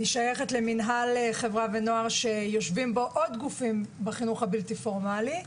אני שייכת למינהל חברה ונוער שיושבים בו עוד גופים בחינוך הבלתי פורמלי.